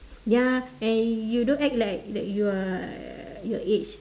ya and you don't act like like you are your age